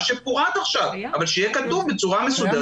מה שפורט עכשיו אבל שיהיה כתוב בצורה מסודרת.